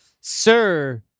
Sir